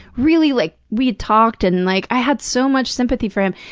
really like, we had talked and, and like, i had so much sympathy for him.